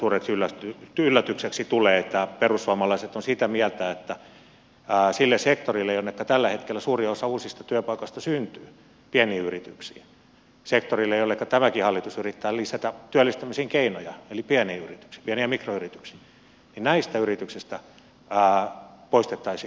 itselleni suureksi yllätykseksi tulee että perussuomalaiset on sitä mieltä että sen sektorin jonneka tällä hetkellä suurin osa uusista työpaikoista syntyy pienien yrityksien sektorin jonneka tämäkin hallitus yrittää lisätä työllistämisen keinoja eli pieniin mikroyrityksiin yrityksistä poistettaisiin yleissitovuus